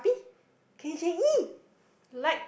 liked